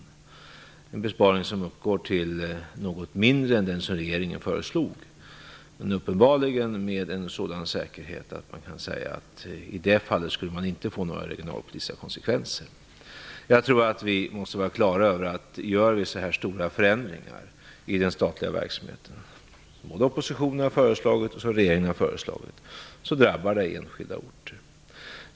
Det är en besparing som uppgår till något mindre än det som regeringen föreslog, men den är uppenbarligen gjord med en sådan säkerhet att man i det fallet inte skulle få några regionalpolitiska konsekvenser. Jag tror att vi måste vara på det klara med att om vi gör så stora förändringar i den statliga verksamheten som både oppositionen och regeringen har föreslagit drabbar det enskilda orter.